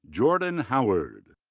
jordan howard,